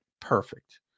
Perfect